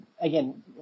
again